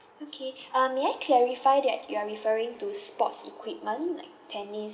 okay uh may I clarify that you are referring to sports equipment like tennis